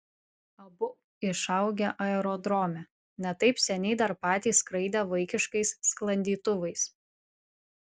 abu išaugę aerodrome ne taip seniai dar patys skraidę vaikiškais sklandytuvais